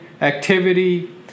activity